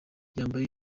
yambaye